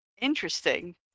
Interesting